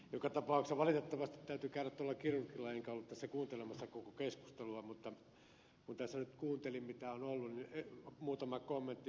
valitettavasti täytyi käydä tuolla kirurgilla enkä ollut tässä kuuntelemassa koko keskustelua mutta kun tässä nyt kuuntelin mitä on ollut muutama kommentti ed